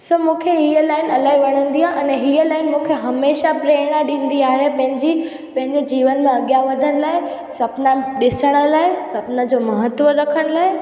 सो मूंखे हीअ लाइन इलाही वणंदी आहे अने हीअ लाइन मूंखे हमेशा प्रेरणा ॾींदी आहे पंहिंजी पंहिंजे जीवन मां अॻियां वधण लाइ सुपिना ॾिसण लाइ सपना जो महत्व रखण लाइ